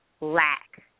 lack